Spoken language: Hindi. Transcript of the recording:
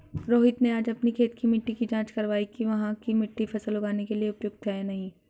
रोहित ने आज अपनी खेत की मिट्टी की जाँच कारवाई कि वहाँ की मिट्टी फसल उगाने के लिए उपयुक्त है या नहीं